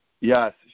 Yes